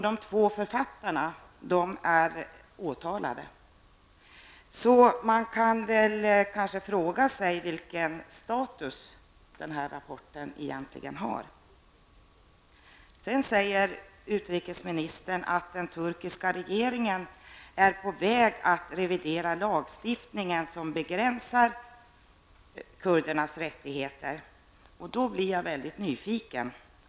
De två författarna är åtalade. Man kan väl kanske fråga sig vilken status den här rapporten egentligen har. Utrikesministern säger att den turkiska regeringen är på väg att revidera lagstiftningen som begränsar kurdernas rättigheter. Då blir jag väldigt nyfiken.